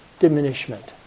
diminishment